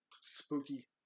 spooky